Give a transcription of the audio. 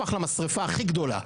הפך למשרפה הכי גדולה.